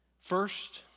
First